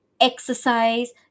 exercise